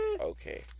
okay